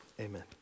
Amen